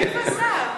איפה השר?